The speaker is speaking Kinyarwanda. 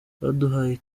baduhaye